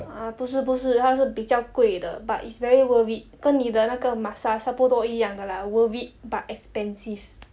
ah 不是不是它是比较贵的 but it's very worth it 跟你的那个 massage 差不多一样的 lah worth it but expensive